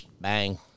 Bang